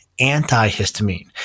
antihistamine